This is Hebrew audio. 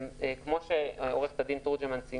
כפי שציינה עו"ד תורג'מן,